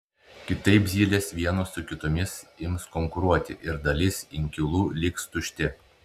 kitaip zylės vienos su kitomis ims konkuruoti ir dalis inkilų liks tušti